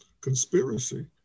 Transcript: conspiracy